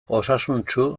osasuntsu